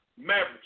Mavericks